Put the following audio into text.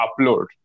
upload